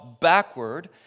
backward